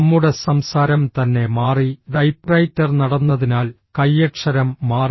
നമ്മുടെ സംസാരം തന്നെ മാറി ടൈപ്പ്റൈറ്റർ നടന്നതിനാൽ കൈയക്ഷരം മാറി